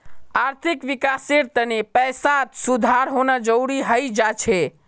आर्थिक विकासेर तने पैसात सुधार होना जरुरी हय जा छे